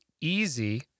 easy